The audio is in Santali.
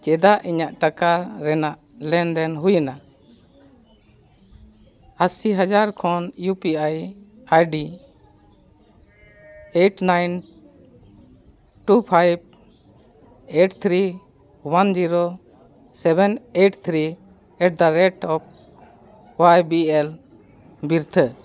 ᱪᱮᱫᱟᱜ ᱤᱧᱟᱹᱜ ᱴᱟᱠᱟ ᱨᱮᱱᱟᱜ ᱞᱮᱱᱫᱮᱱ ᱦᱩᱭᱮᱱᱟ ᱟᱹᱥᱤ ᱦᱟᱡᱟᱨ ᱠᱷᱚᱱ U P I ID eight nine two five eight three one zero seven eight three at the rate of Y B L ᱵᱤᱥᱛᱟᱹᱨ